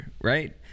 right